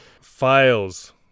Files